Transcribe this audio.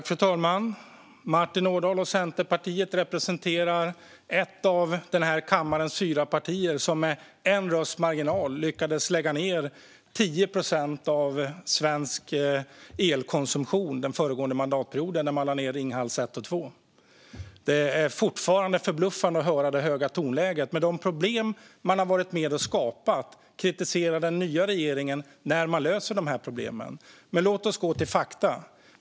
Fru talman! Martin Ådahl representerar ett av denna kammares fyra partier, Centerpartiet, som med en rösts marginal lyckades lägga ned 10 procent av svensk elproduktion den föregående mandatperioden när man lade ned Ringhals 1 och 2. Med tanke på de problem man varit med och skapat är det förbluffande att höra det höga tonläget i kritiken av den nya regeringen när denna löser dessa problem. Men låt oss gå till fakta.